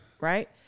right